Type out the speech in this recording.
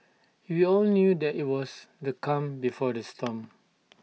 we all knew that IT was the calm before the storm